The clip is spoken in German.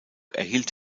erhielt